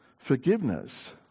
Forgiveness